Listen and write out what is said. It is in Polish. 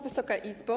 Wysoka Izbo!